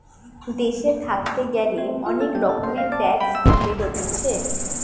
দেশে থাকতে গ্যালে অনেক রকমের ট্যাক্স দিতে হতিছে